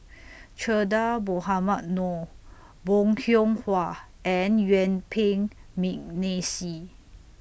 Che Dah Mohamed Noor Bong Hiong Hwa and Yuen Peng Mcneice